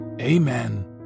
Amen